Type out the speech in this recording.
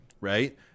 right